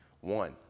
One